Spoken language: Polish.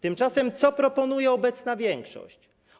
Tymczasem co proponuje obecna większość?